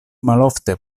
malofte